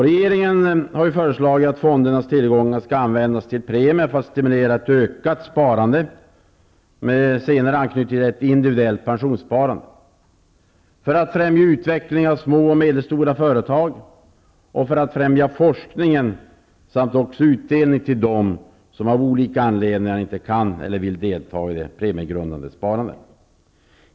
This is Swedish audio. Regeringen har föreslagit att fondernas tillgångar skall användas till premier för att stimulera ett ökat sparande, med senare anknytning till ett individuellt pensionssparande, till att främja utveckling av små och medelstora företag och för att främja forskningen samt utdelning till dem som av olika anledningar inte kan eller vill delta i det premiegrundande sparandet.